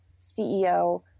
CEO